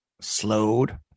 slowed